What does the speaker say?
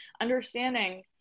understanding